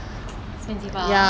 oh ya oh ya